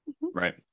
Right